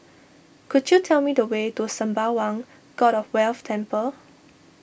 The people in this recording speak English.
could you tell me the way to Sembawang God of Wealth Temple